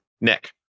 Nick